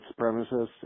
supremacists